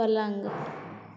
पलंग